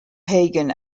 pagan